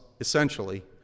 essentially